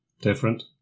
Different